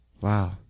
Wow